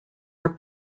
are